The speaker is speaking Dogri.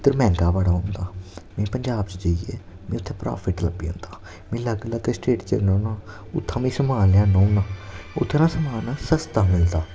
इद्धर मैंह्गा बड़ा होंदा ऐ में पंजाब च जेइयै में उत्थे प्राफिट लब्भी जंदा मीं अलग अलग स्टेट च जन्ना होन्नां उत्थे मिगी समान लेइयै आना होन्ना उत्थे न समान सस्ता मिलदा